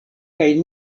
kaj